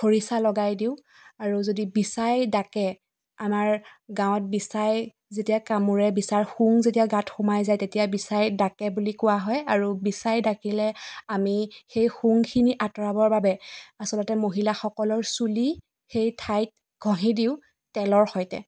খৰিচা লগাই দিওঁ আৰু যদি বিছাই ডাকে আমাৰ গাঁৱত বিছাই যেতিয়া কামুৰে বিছাৰ শুং যেতিয়া গাত সুমাই যায় তেতিয়া বিছাই ডাকে বুলি কোৱা হয় আৰু বিছাই ডাকিলে আমি সেই শুংখিনি আঁতৰাবৰ বাবে আচলতে মহিলাসকলৰ চুলি সেই ঠাইত ঘঁহি দিওঁ তেলৰ সৈতে